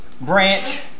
branch